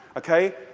ok?